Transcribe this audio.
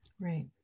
Right